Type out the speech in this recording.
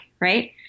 right